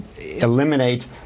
eliminate